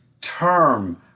term